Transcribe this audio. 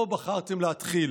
פה בחרתם להתחיל.